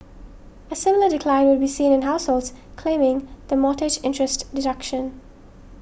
a similar decline would be seen in households claiming the mortgage interest deduction